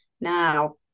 Now